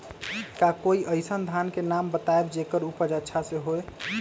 का कोई अइसन धान के नाम बताएब जेकर उपज अच्छा से होय?